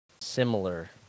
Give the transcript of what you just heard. similar